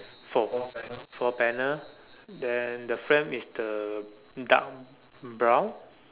four panel four panel then the fan is the dark brown